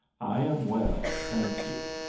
i am well, thank you.